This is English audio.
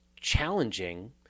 challenging